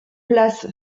place